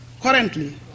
Currently